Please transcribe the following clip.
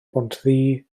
bontddu